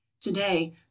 Today